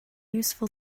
useful